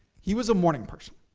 he was a morning person.